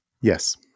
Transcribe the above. Yes